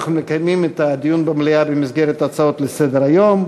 אנחנו מקיימים את הדיון במליאה במסגרת הצעות לסדר-היום,